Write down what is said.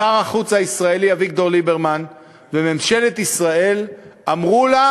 שר החוץ הישראלי אביגדור ליברמן וממשלת ישראל אמרו לה: